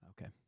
okay